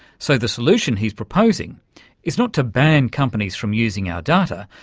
so the solution he's proposing is not to ban companies from using our data,